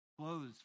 clothes